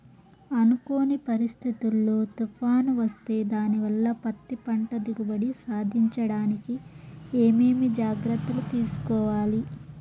అనుకోని పరిస్థితుల్లో తుఫాను వస్తే దానివల్ల పత్తి పంట దిగుబడి సాధించడానికి ఏమేమి జాగ్రత్తలు తీసుకోవాలి?